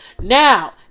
Now